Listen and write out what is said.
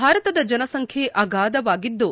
ಭಾರತದ ಜನಸಂಖ್ಯೆ ಆಗಾದವಾಗಿದ್ದು